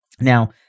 Now